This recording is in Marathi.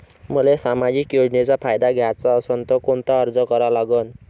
मले सामाजिक योजनेचा फायदा घ्याचा असन त कोनता अर्ज करा लागन?